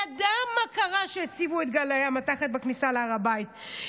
ידע מה קרה כשהציבו את גלאי המתכות בכניסה להר הבית,